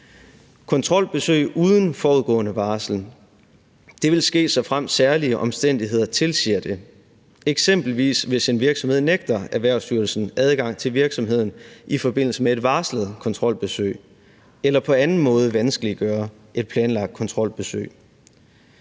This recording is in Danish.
Kontrolbesøg uden forudgående varsling vil ske, såfremt særlige omstændigheder tilsiger det – eksempelvis hvis en virksomhed nægter Erhvervsstyrelsen adgang til virksomheden i forbindelse med et varslet kontrolbesøg eller på anden måde vanskeliggør et planlagt kontrolbesøg.